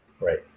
Right